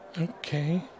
Okay